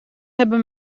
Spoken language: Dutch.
hebben